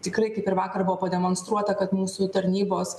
tikrai kaip ir vakar buvo pademonstruota kad mūsų tarnybos